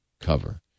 cover